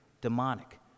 demonic